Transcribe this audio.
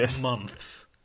months